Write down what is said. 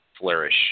flourish